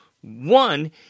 One